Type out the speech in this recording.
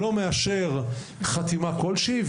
ולא מאשר חתימה כל שהיא.